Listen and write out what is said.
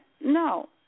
No